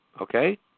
okay